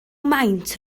maint